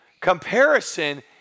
Comparison